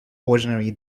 ordinary